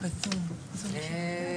בבקשה,